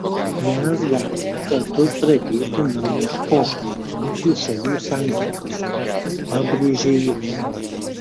mes galime kartu pradėti naują epochą mūsų šalių santykiuose pabrėžė jis